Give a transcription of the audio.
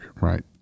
right